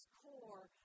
core